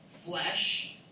flesh